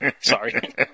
Sorry